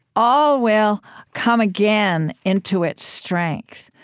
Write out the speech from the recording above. all will come again into its strength.